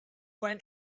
when